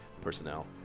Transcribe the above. personnel